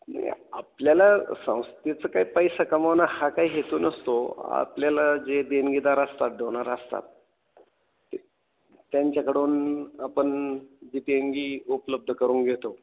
नाही आपल्याला संस्थेचं काय पैसा कमावणं हा काय हेतू नसतो आपल्याला जे देणगीदार असतात डोनर असतात ते त्यांच्याकडून आपण जी देणगी उपलब्ध करून घेतो